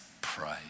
pray